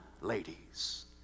ladies